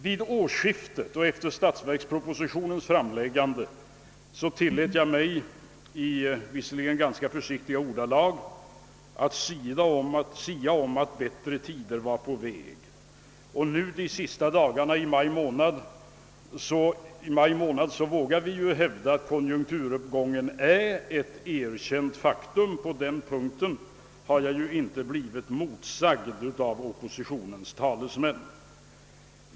Vid årsskiftet och efter statsverkspropositionens framläggande tillät jag mig att i låt vara ganska försiktiga ordalag sia om att bättre tider var på väg. Nu, de sista dagarna av maj månad, vågar vi hävda att konjunkturuppgången är ett erkänt faktum — på den punkten har jag nämligen inte blivit motsagd av oppositionens talesmän.